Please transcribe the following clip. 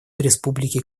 республики